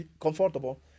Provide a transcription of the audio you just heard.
comfortable